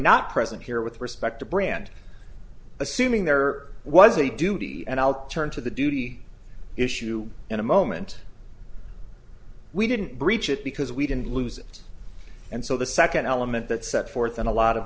not present here with respect to brand assuming there was a duty and i'll turn to the duty issue in a moment we didn't breach it because we didn't lose it and so the second element that set forth and a lot of